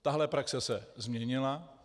Tahle praxe se změnila.